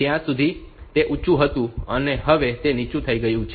અત્યાર સુધી તે ઉંચુ હતું હવે તે નીચું થઈ ગયું છે